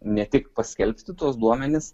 ne tik paskelbti tuos duomenis